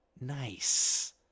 nice